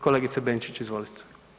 Kolegice Benčić, izvolite.